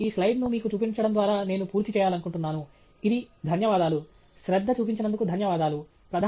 అందువల్ల ఈ స్లయిడ్ను మీకు చూపించడం ద్వారా నేను పూర్తి చేయాలనుకుంటున్నాను ఇది ధన్యవాదాలు శ్రద్ధ చూపినందుకు ధన్యవాదాలు